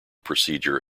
procedure